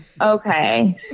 okay